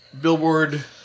Billboard